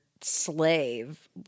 slave